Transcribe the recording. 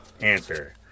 answer